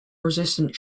resistant